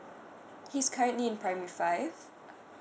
he's currently in primary five